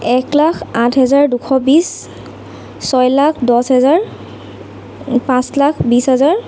এক লাখ আঠ হেজাৰ দুশ বিশ ছয় লাখ দহ হেজাৰ পাঁচ লাখ বিশ হেজাৰ